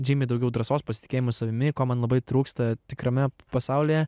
žymiai daugiau drąsos pasitikėjimo savimi ko man labai trūksta tikrame pasaulyje